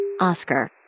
Oscar